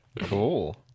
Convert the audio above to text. cool